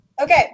Okay